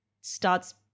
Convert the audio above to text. starts